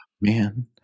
man